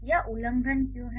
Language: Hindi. यह उल्लंघन क्यों है